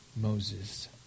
Moses